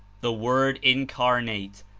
the word incarnate,